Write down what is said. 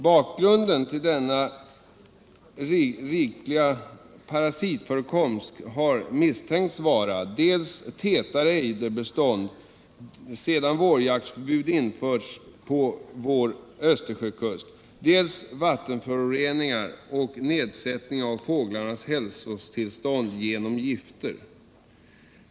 Bakgrund till denna rikliga parasitförekomst har misstänkts vara, dels tätare ejderbestånd sedan vårjaktförbud infördes på vår östkust, dels vattenförorening och nedsättning av fåglarnas hälsotillstånd genom gifter.